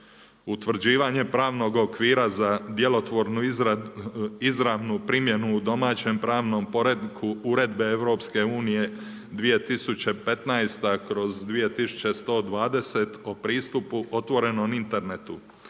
utvrđivanje pravnog okvira za djelotvornu izravnu primjenu u domaćem pravnom poretku Uredbe EU 2015/2120 o pristupu otvorenom internetu